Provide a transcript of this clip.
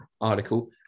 article